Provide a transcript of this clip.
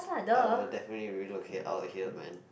I will definitely relocate out here man